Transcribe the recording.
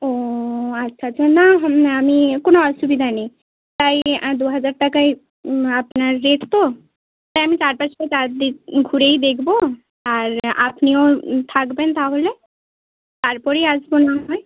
ও আচ্ছা আচ্ছা না আমি কোনও অসুবিধা নেই প্রায় দু হাজার টাকাই আপনার রেট তো তাই আমি চারপাশটা চারদিক ঘুরেই দেখব আর আপনিও থাকবেন তাহলে তারপরেই আসব না হয়